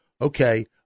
okay